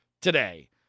today